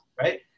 right